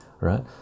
right